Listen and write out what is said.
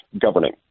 governing